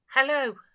Hello